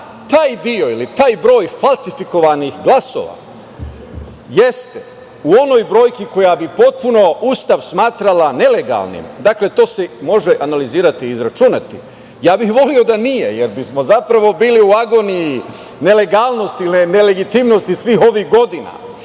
taj deo ili taj broj falsifikovanih glasova jeste u onoj brojki koja bi potpuno Ustav smatrala nelegalnim, to se može analizirati, izračunati. Voleo bih da nije, jer bismo zapravo, bili u agoniji nelegalnosti, nelegitimnosti svih ovih godina.